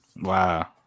Wow